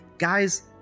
Guys